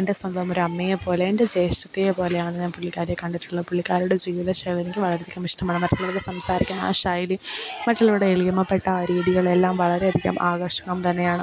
എൻ്റെ സ്വന്തം ഒരു അമ്മയെ പോലെ എൻ്റെ ജേഷ്ഠത്തിയെ പോലെയാണ് ഞാൻ പുള്ളിക്കാരിയെ കണ്ടിട്ടുള്ളത് പുള്ളിക്കാരിയുടെ ജീവിതശൈലി എനിക്ക് വളരെയധികം ഇഷ്ടമാണ് മറ്റുള്ളവരുടെ സംസാരിക്കുന്ന ആ ശൈലി മറ്റുള്ളവരോട് എളിമപ്പെട്ട ആ രീതികളെല്ലാം വളരെയധികം ആകർഷണം തന്നെയാണ്